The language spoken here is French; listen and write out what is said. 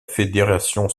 fédération